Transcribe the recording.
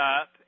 up